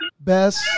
Best